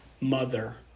mother